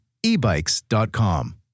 ebikes.com